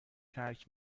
ترک